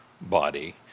body